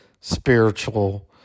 spiritual